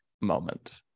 moment